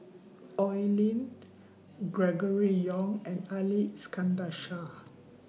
Oi Lin Gregory Yong and Ali Iskandar Shah